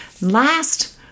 last